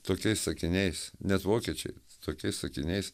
tokiais sakiniais nes vokiečiai tokiais sakiniais